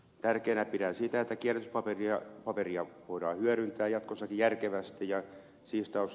tärkeänä pidän sitä että kierrätyspaperia voidaan hyödyntää jatkossakin järkevästi